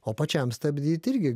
o pačiam stabdyt irgi